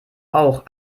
auch